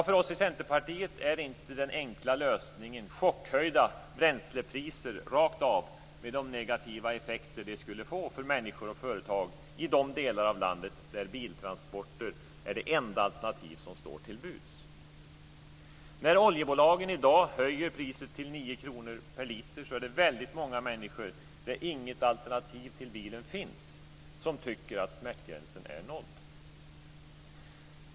För oss i Centerpartiet är det inte den enkla lösningen chockhöjda bränslepriser rakt av, med de negativa effekter som det skulle få för människor och företag i de delar av landet där biltransporter är det enda alternativ som står till buds. När oljebolagen i dag höjer priset till 9 kr per liter är det väldigt många människor, för vilka inget alternativ till bilen finns, som tycker att smärtgränsen är nådd.